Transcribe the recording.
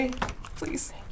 Please